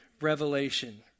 Revelation